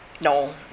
No